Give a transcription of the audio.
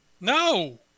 no